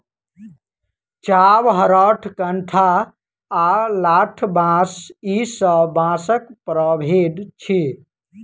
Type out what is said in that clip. चाभ, हरोथ, कंटहा आ लठबाँस ई सब बाँसक प्रभेद अछि